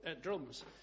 drums